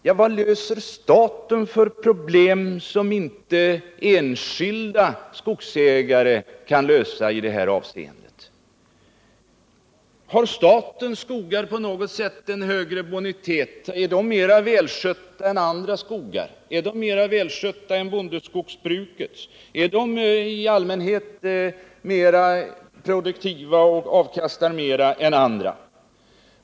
Men — vilka problem på det här området löser staten som inte enskilda skogsägare kan lösa? Får statens skogar en högre bonitet eller är de mera välskötta än andra skogar? Är de bättre skötta än bondeskogarna och avkastar de i allmänhet mer än andra skogar?